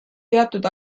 teatud